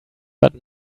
but